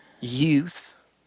youth